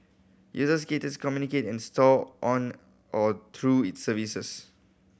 users create communicate and store on or through its services